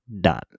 Done